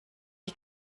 die